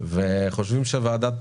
וחושבים שוועדת